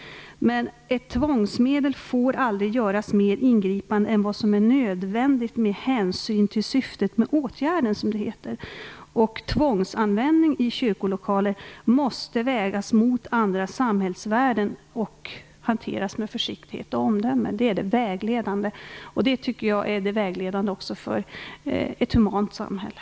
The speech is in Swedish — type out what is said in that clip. Men ett tvångsmedel får aldrig göras mer ingripande än vad som är nödvändigt med hänsyn till syftet med åtgärden, som det heter. Det vägledande är att tvångsanvändning i kyrkolokaler måste vägas mot andra samhällsvärden och hanteras med försiktighet och omdöme. Det tycker jag skall vara vägledande också för ett humant samhälle.